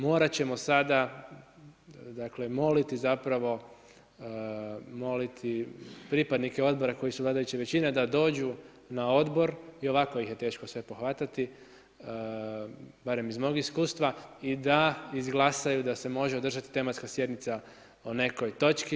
Morat ćemo sada dakle moliti zapravo pripadnike odbora koji su vladajuća većina da dođu na odbor i ovako ih je teško sve pohvatati barem iz mog iskustva i da izglasaju da se može održati tematska sjednica o nekoj točki.